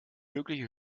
mögliche